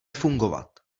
fungovat